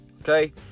okay